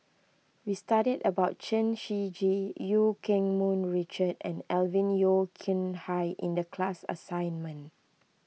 we studied about Chen Shiji Eu Keng Mun Richard and Alvin Yeo Khirn Hai in the class assignment